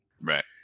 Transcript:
right